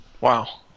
Wow